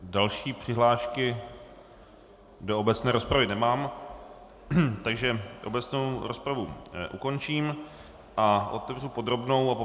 Další přihlášky do obecné rozpravy nemám, takže obecnou rozpravu ukončím a otevřu podrobnou.